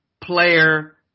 player